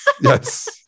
yes